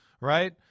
right